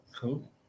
Cool